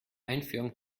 einführung